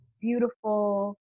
beautiful